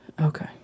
Okay